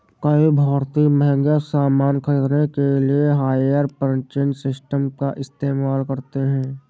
कई भारतीय महंगे सामान खरीदने के लिए हायर परचेज सिस्टम का इस्तेमाल करते हैं